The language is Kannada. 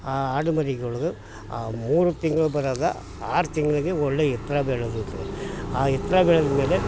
ಆ ಆಡುಮರಿಗಳದ್ದು ಆ ಮೂರು ತಿಂಗ್ಳು ಬರೋದು ಆರು ತಿಂಗ್ಳಿಗೆ ಒಳ್ಳೆಯ ಎತ್ತರ ಬೆಳೆದ ಆ ಎತ್ತರ ಬೆಳೆದಮೇಲೆ